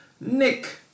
Nick